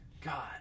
God